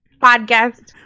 podcast